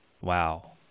Wow